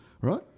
Right